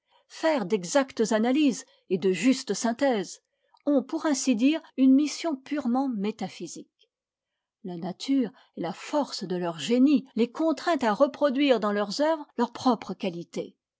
faire d'exactes analyses et de justes synthèses ont pour ainsi dire une mission purement métaphysique la nature et la force de leur génie les contraint à reproduire dans leurs œuvres leurs propres qualités